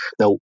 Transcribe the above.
Now